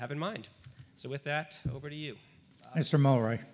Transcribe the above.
have in mind so with that over to you ice from all right